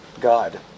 God